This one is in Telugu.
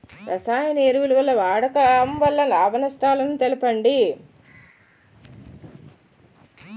రసాయన ఎరువుల వాడకం వల్ల లాభ నష్టాలను తెలపండి?